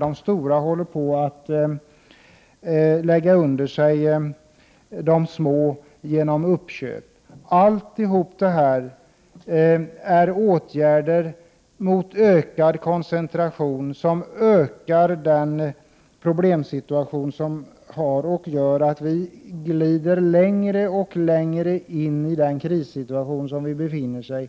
De stora försöker lägga under sig de små genom uppköp. Allt detta leder till ökad koncentration, som förvärrar den problemsituation som vi har och gör att vi glider längre och längre in i en kris. Vi från centerns sida